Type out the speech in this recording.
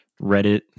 Reddit